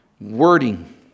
wording